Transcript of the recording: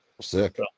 sick